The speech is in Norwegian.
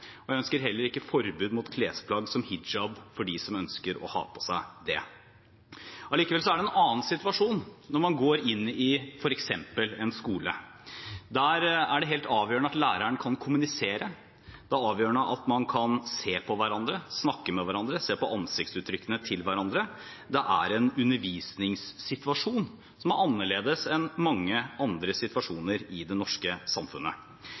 og jeg ønsker heller ikke forbud mot klesplagg som hijab for dem som ønsker å ha på seg det. Allikevel er det en annen situasjon når man går inn i f.eks. en skole. Der er det helt avgjørende at læreren kan kommunisere, det er avgjørende at man kan se på hverandre, snakke med hverandre, se på ansiktsuttrykkene til hverandre. Det er en undervisningssituasjon som er annerledes enn mange andre situasjoner i det norske samfunnet.